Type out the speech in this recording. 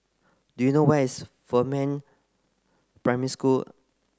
do you know where is Fernvale Primary School